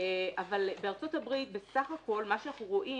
אבל בארצות הברית בסך הכל מה שאנחנו רואים,